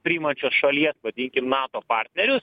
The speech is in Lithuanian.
priimančios šalies vadinkim nato partnerius